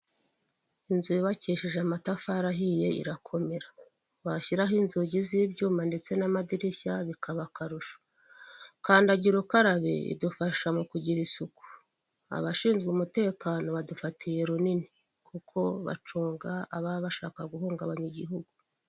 Inzu yubakisheje amatafari ahiye irakomera, bashyiraho inzugi z'ibyuma ndetse n'amadirishya bikaba akarusho, kandagira ukarabe idufasha mu kugira isuku, abashinzwe umutekano badufatiye runini, kuko bacunga ababa bashaka guhungabanya igihugu.